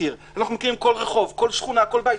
הזכיר אנחנו מכירים כל רחוב, כל שכונה, כל בית.